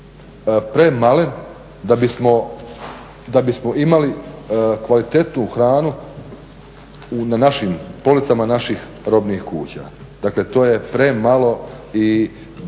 premalen da bismo imali kvalitetnu hranu na našim policama naših robnih kuća. Dakle to je premalo i da